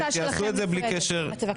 שיעשו את זה בלי קשר --- זו החלטה שלכם.